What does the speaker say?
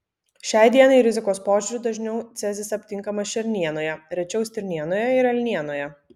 šiai dienai rizikos požiūriu dažniau cezis aptinkamas šernienoje rečiau stirnienoje ir elnienoje